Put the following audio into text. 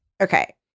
okay